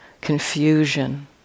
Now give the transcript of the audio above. confusion